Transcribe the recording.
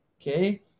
Okay